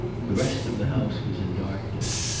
the rest of the house was in darkness.